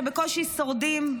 שבקושי שורדים,